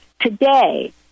Today